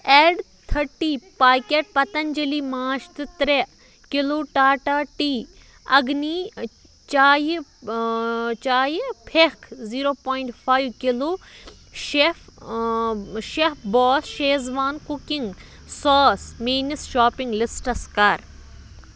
add تھٔٹی packet Patanjali مانٛچھ تہٕ ترٛےٚ کِلوٗ ٹاٹا ٹی أگنی چایہِ چایہِ پھٮ۪کھ zero point five kilo chef chef boss Schezwan cooking sauce mayonnaise shopping lists کَر